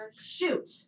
shoot